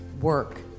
work